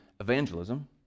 evangelism